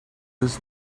this